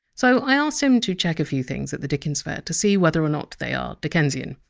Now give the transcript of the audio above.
so i've asked him to check a few things at the dickens fair to see whether or not they are dickensian